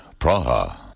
Praha